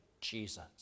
jesus